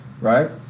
Right